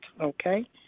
Okay